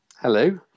Hello